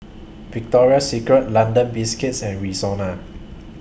Victoria Secret London Biscuits and Rexona